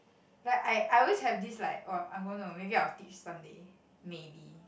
like I I always have this like oh I'm going to maybe I will teach someday maybe